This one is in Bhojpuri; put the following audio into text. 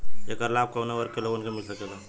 ऐकर लाभ काउने वर्ग के लोगन के मिल सकेला?